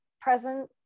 present